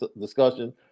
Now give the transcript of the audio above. discussion